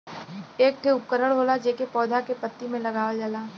एक ठे उपकरण होला जेके पौधा के पत्ती में लगावल जाला